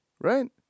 right